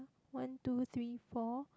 one two three four